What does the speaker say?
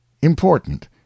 Important